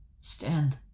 Stand